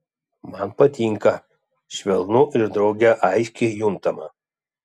man patinka švelnu ir drauge aiškiai juntama